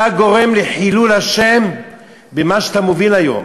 אתה גורם לחילול השם במה שאתה מוביל היום.